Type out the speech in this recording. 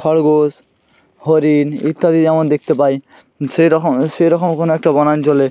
খরগোশ হরিণ ইত্যাদি যেমন দেখতে পাই সেরকম সেরকম কোনও একটা বনাঞ্চলে